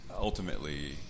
ultimately